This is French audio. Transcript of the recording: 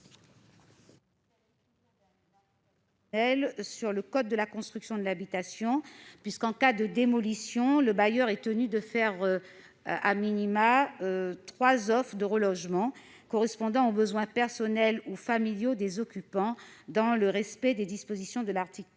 353-15 du code de la construction et de l'habitation, en cas de démolition, le bailleur est tenu de faire au maximum trois offres de relogement correspondant aux besoins personnels ou familiaux des occupants, dans le respect des dispositions de l'article